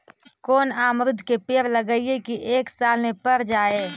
कोन अमरुद के पेड़ लगइयै कि एक साल में पर जाएं?